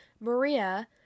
Maria